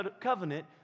covenant